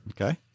Okay